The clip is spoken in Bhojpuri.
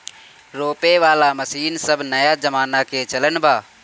रोपे वाला मशीन सब नया जमाना के चलन बा